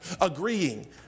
Agreeing